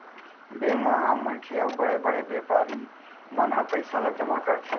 bank म आम मनखे अउ बड़े बड़े बेपारी मन ह पइसा ल जमा करथे